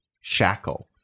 shackle